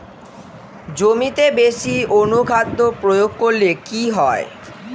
জমিতে বেশি অনুখাদ্য প্রয়োগ করলে কি হয়?